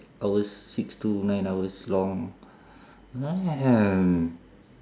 hours six to nine hours long